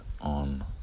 on